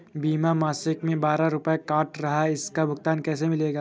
बीमा मासिक में बारह रुपय काट रहा है इसका भुगतान कैसे मिलेगा?